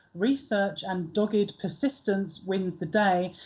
research and dogged persistence wins the day,